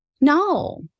No